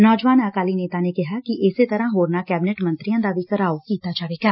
ਨੌਜਵਾਨ ਅਕਾਲੀ ਨੇਡਾ ਨੇ ਕਿਹਾ ਕਿ ਇਸੇ ਤਰਾ ਹੋਰਨਾ ਕੈਬਨਿਟ ਮੰਤਰੀਆ ਦਾ ਵੀ ਘਿਰਾਓ ਕੀਤਾ ਜਾਵੇਗਾ